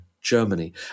Germany